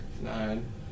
Nine